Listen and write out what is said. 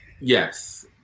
yes